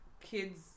kids